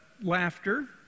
laughter